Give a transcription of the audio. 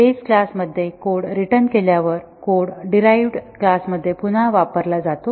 base क्लासमध्ये code return केल्यावर code derived class मध्ये पुन्हा वापरला जातो